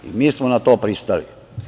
I mi smo na to pristali.